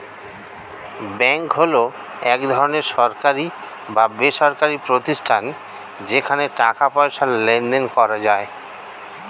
bank হলো এক ধরনের সরকারি বা বেসরকারি প্রতিষ্ঠান যেখানে টাকা পয়সার লেনদেন করা যায়